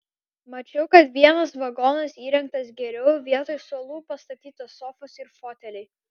mačiau kad vienas vagonas įrengtas geriau vietoj suolų pastatytos sofos ir foteliai